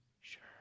Sure